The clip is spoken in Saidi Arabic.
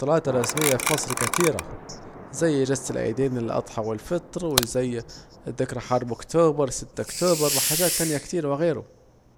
العطلات الرسمية في مصر كتيرة، زي اجازة العيدين الاضحى والفطر وزي حرب اكتوبر ستة اكتوبر وحاجات تانية كتير وغيره